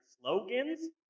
slogans